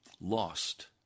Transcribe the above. lost